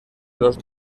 los